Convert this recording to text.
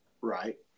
Right